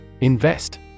Invest